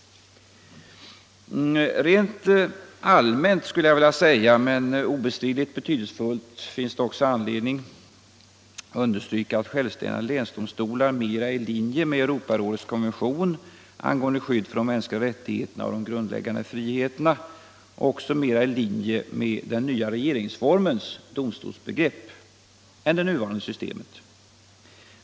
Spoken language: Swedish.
Rent allmänt, men obestridligt betydelsefullt, finns också anledning att understryka att självständiga länsdomstolar mera är i linje med Europarådets konvention angående skydd för de mänskliga rättigheterna och de grundläggande friheterna, också mera i linje med den nya regeringsformens domstolsbegrepp än det nuvarande systemet.